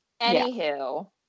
Anywho